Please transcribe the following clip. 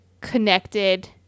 connected